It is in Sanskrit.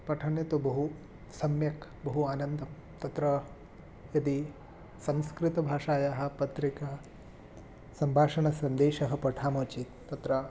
पठने तु बहु सम्यक् बहु आनन्दं तत्र यदि संस्कृतभाषायाः पत्रिका सम्भाषणसन्देशः पठामः चेत् तत्र